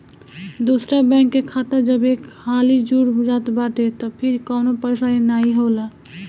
दूसरा बैंक के खाता जब एक हाली जुड़ जात बाटे तअ फिर कवनो परेशानी नाइ होला